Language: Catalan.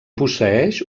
posseeix